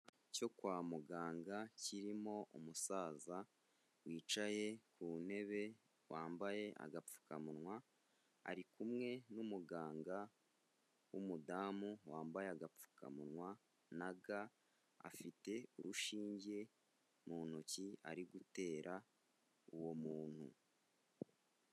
Cyo kwa muganga kirimo umusaza wicaye ku ntebe wambaye agapfukamunwa, ari kumwe n'umuganga w'umudamu wambaye agapfukamunwa na ga, afite urushinge mu ntoki ari gutera uwo muntu.